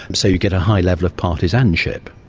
so you get a high level of partisanship,